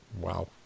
wow